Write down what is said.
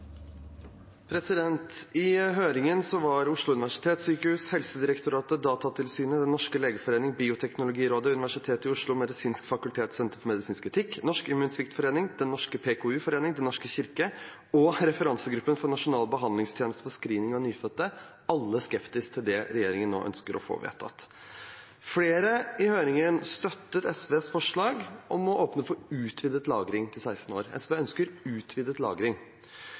I høringen var Oslo universitetssykehus, Helsedirektoratet, Datatilsynet, Den norske legeforening, Bioteknologirådet, Universitetet i Oslo, Senter for medisinsk etikk ved Det medisinske fakultet, Norsk Immunsviktforening, Den norske PKU-foreningen, Den norske kirke og Referansegruppen for Nasjonal behandlingstjeneste for screening av nyfødte skeptiske til det regjeringen ønsker å få vedtatt. Flere i høringen støttet SVs forslag om å åpne for utvidet lagring til 16 år. SV ønsker utvidet lagring.